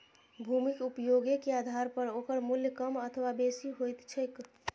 भूमिक उपयोगे के आधार पर ओकर मूल्य कम अथवा बेसी होइत छैक